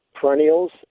Perennials